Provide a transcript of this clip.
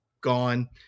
gone